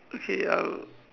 okay um